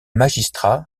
magistrat